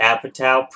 Apatow